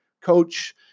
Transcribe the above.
coach